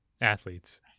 athletes